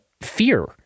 fear